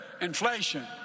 Inflation